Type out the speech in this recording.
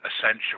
essential